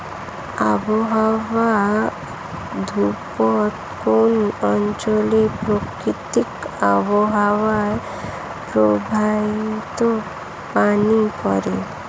আবহাওয়া দপ্তর কোন অঞ্চলের প্রাকৃতিক আবহাওয়ার ভবিষ্যতবাণী করে